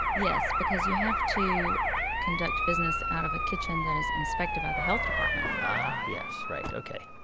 yes, because you have to conduct business out of a kitchen that is inspected by the health department ah yes, right. ok.